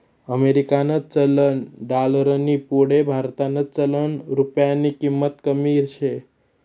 अमेरिकानं चलन डालरनी पुढे भारतनं चलन रुप्यानी किंमत कमी शे